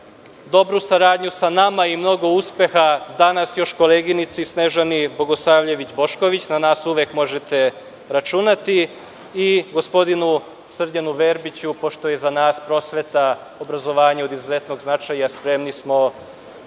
dobru saradnju sa nama i mnogo uspeha danas još koleginici Snežani Bogosavljević Bošković. Na nas uvek možete računati. I gospodinu Srđanu Verbiću, pošto je za nas prosveta, obrazovanje od izuzetnog značaja i spremni smo